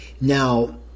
Now